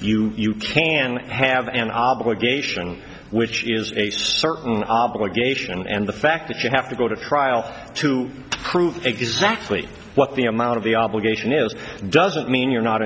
you can have an obligation which is a certain obligation and the fact that you have to go to trial to prove exactly what the amount of the obligation is doesn't mean you're not